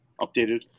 updated